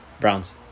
Browns